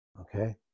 Okay